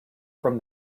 from